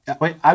Wait